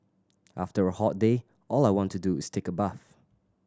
after a hot day all I want to do is take a bath